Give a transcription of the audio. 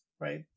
right